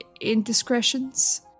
indiscretions